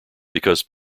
because